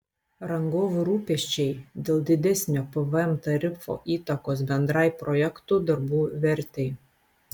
rangovų rūpesčiai dėl didesnio pvm tarifo įtakos bendrai projektų darbų vertei